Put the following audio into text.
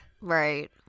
Right